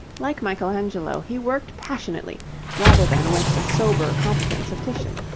like michelangelo he worked passionately rather than with the sober competence of titian.